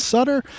Sutter